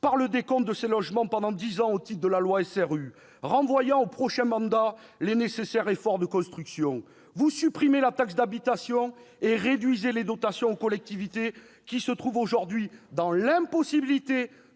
par le décompte de ces logements pendant dix ans au titre de la loi SRU, renvoyant aux prochains mandats les nécessaires efforts de construction. Vous supprimez la taxe d'habitation et réduisez les dotations aux collectivités, qui se trouvent aujourd'hui dans l'impossibilité